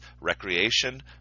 recreation